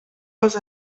les